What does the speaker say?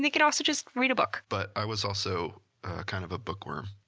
they could also just read a book. but i was also kind of a bookworm.